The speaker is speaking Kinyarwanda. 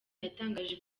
yatangaje